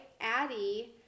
Addie